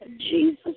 Jesus